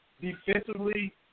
Defensively